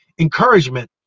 encouragement